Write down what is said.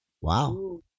Wow